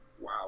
Wow